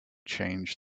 change